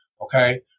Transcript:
Okay